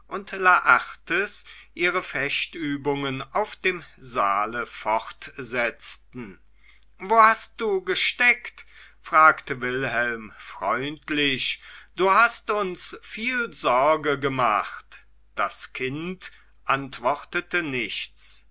laertes ihre fechtübungen auf dem saale fortsetzten wo hast du gesteckt fragte wilhelm freundlich du hast uns viel sorge gemacht das kind antwortete nichts